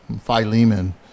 Philemon